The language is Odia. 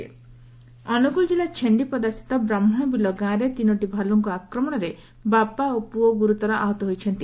ଭାଲୁ ଆକ୍ରମଣ ଅନୁଗୁଳ କିଲ୍ଲା ଛେଣ୍ଡିପଦାସ୍ସିତ ବ୍ରାହ୍କଶବିଲ ଗାଁରେ ତିନୋଟି ଭାଲୁଙ୍କ ଆକ୍ରମଣରେ ବାପା ଓ ପୁଅ ଗୁରୁତର ଆହତ ହୋଇଛନ୍ତି